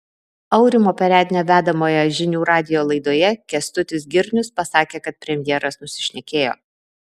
aurimo perednio vedamoje žinių radijo laidoje kęstutis girnius pasakė kad premjeras nusišnekėjo